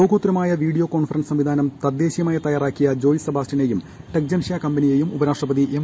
ലോകോത്തരമായ video conference സംവിധാനം തദ്ദേശീയമായ്ക്കി തയ്യാറാക്കിയ ജോയ് സെബാസ്റ്റ്യനെയും ടെക്ജൻഷ്യ കമ്പൂന്റിയ്യും ഉപരാഷ്ട്രപതി എം